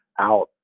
out